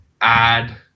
add